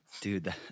Dude